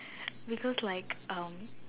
because like um